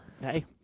Hey